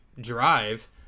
drive